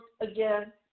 again